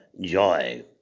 joy